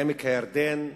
בעמק-הירדן,